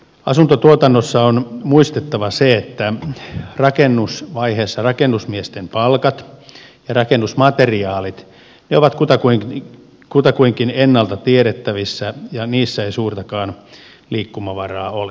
asuntotuotannossa on muistettava se että rakennusvaiheessa rakennusmiesten palkat ja rakennusmateriaalit ovat kutakuinkin ennalta tiedettävissä ja niissä ei suurtakaan liikkumavaraa ole